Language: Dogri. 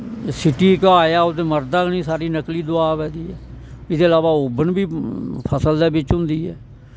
सीटी च घा ऐ ओह् ते मरदा गै नी ऐ सारी नकली दवा अवा दी ऐ एह्दै इलावा उब्बन बी फसल दै बिच होंदी ऐ